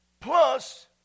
plus